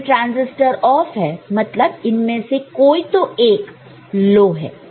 इसमें transistor off है मतलब इनमें से कोई तो एक लो है